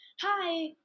Hi